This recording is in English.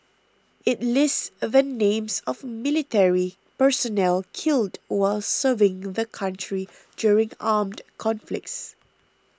it lists all the names of military personnel killed while serving the country during armed conflicts